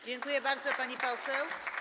Dziękuję bardzo, pani poseł.